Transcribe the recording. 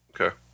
Okay